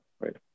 right